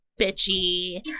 bitchy